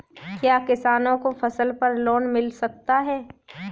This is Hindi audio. क्या किसानों को फसल पर लोन मिल सकता है?